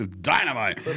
Dynamite